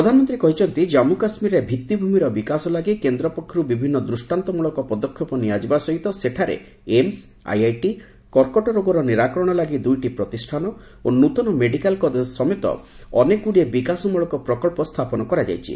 ପ୍ରଧାନମନ୍ତ୍ରୀ କହିଛନ୍ତି ଜାନ୍ଷୁ କାଶ୍ମୀରରେ ଭିତ୍ତିଭୂମିର ବିକାଶ ଲାଗି କେନ୍ଦ୍ର ପକ୍ଷରୁ ବିଭିନ୍ନ ଦୃଷ୍ଟାନ୍ତ ମୂଳକ ପଦକ୍ଷେପ ନିଆଯିବା ସହିତ ସେଠାରେ ଏମ୍ସ୍ ଆଇଆଇଟି କର୍କଟ ରୋଗର ନିରାକରଣ ଲାଗି ଦୁଇଟି ପ୍ରତିଷ୍ଠାନ ଓ ନୃତନ ମେଡିକାଲ୍ କଲେଜ୍ ସମେତ ଅନେକ ଗୁଡ଼ିଏ ବିକାଶମୂଳକ ପ୍ରକଳ୍ପ ସ୍ଥାପନ କରାଯାଇଛି